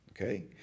okay